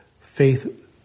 faith